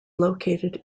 located